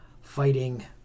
Fighting